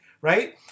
right